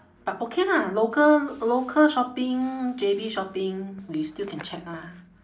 but okay lah local local shopping J_B shopping we still can chat ah